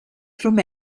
through